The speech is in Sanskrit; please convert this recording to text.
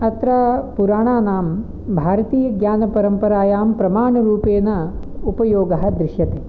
अत्र पुराणानां भारताीयज्ञानपरम्परायां प्रमाणरूपेण उपयोगः दृश्यते